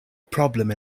problem